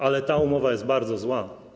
Ale ta umowa jest bardzo zła.